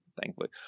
thankfully